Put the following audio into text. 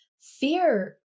Fear